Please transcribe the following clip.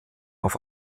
auf